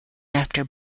after